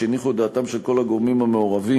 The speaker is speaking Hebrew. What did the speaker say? שהניחו את דעתם של כל הגורמים המעורבים,